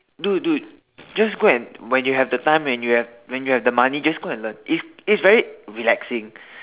dude dude just go and when you have the time when you have when you have the money just go and learn it's it's very relaxing